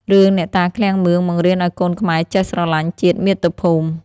រឿងអ្នកតាឃ្លាំងមឿង បង្រៀនឱ្យកូនខ្មែរចេះស្រឡាញ់ជាតិមាតុភូមិ។